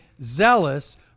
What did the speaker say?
zealous